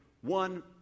one